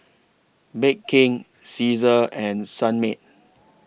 Bake King Cesar and Sunmaid